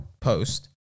post